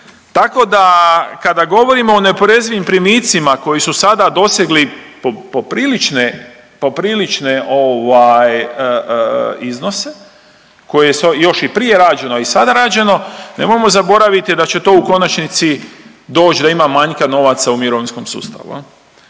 Tako da kada govorimo o neoporezivim primicima koji su sada dosegli poprilične ovaj iznose, koje još i prije rađeno i sada rađeno, nemojmo zaboraviti da će to u konačnici doći da ima manjka novaca u mirovinskom sustavu.